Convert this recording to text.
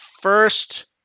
first